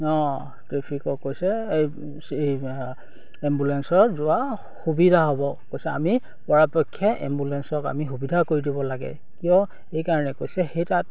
অঁ ট্ৰেফিকক কৈছে এই এম্বুলেঞ্চৰ যোৱা সুবিধা হ'ব কৈছে আমি পৰাপক্ষে এম্বুলেঞ্চক আমি সুবিধা কৰি দিব লাগে কিয় সেইকাৰণে কৈছে সেই তাত